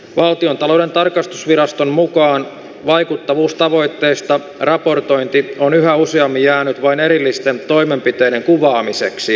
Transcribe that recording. valtiontalouden tarkastusviraston mukaan vaikuttavuustavoitteista raportointi on yhä useammin jäänyt vain erillisten toimenpiteiden kuvaamiseksi